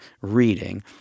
reading